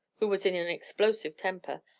who was in an explosive temper.